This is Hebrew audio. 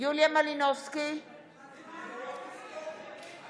יוליה מלינובסקי קונין?